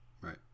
right